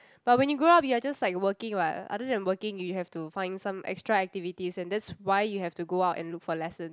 but when you grow up you are just like working what other than working you have to find some extra activities and that's why you have to go out and look for lessons